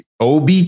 OB